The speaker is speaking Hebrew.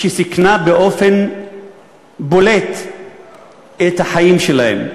שסיכנה באופן בולט את החיים שלהם.